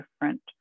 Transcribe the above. different